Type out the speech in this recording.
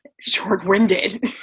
short-winded